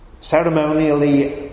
Ceremonially